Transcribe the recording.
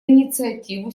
инициативу